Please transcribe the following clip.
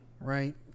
right